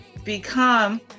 become